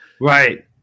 Right